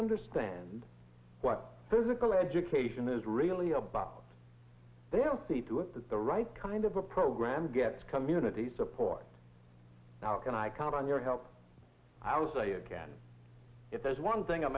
understand what physical education is really about they'll see to it that the right kind of a program gets community support how can i count on your help i will say again if there's one thing